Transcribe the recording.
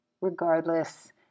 Regardless